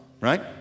Right